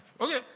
Okay